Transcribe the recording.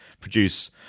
produce